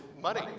money